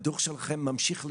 הדו"ח שלכם ממשיך להיות,